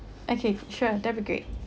okay sure that'll be great